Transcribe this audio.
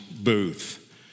booth